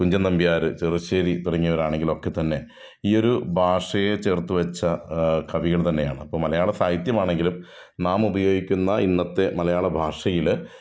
കുഞ്ചൻനമ്പ്യാറ് ചെറുശ്ശേരി തുടങ്ങിയവരാണെങ്കിലൊക്കെ തന്നെ ഈ ഒരു ഭാഷയെ ചേർത്ത് വച്ച കവികൾ തന്നെയാണ് മലയാള സാഹിത്യമാണെങ്കിലും നാം ഉപയോഗിക്കുന്ന ഇന്നത്തെ മലയാളഭാഷയില്